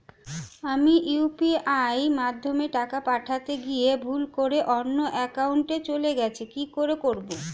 আমি ইউ.পি.আই মাধ্যমে টাকা পাঠাতে গিয়ে ভুল করে অন্য একাউন্টে চলে গেছে কি করব?